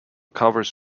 covers